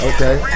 Okay